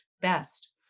best